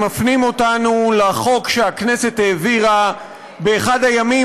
מפנים אותנו לחוק שהכנסת העבירה באחד הימים